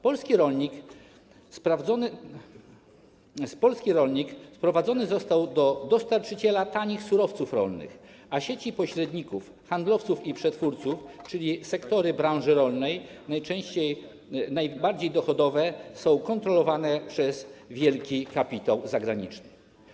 Polski rolnik sprowadzony został do roli dostarczyciela tanich surowców rolnych, a sieci pośredników, handlowców i przetwórców, czyli sektory branży rolnej, najczęściej najbardziej dochodowe, są kontrolowane przez wielki kapitał zagraniczny.